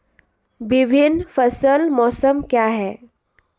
विभिन्न फसल मौसम क्या हैं?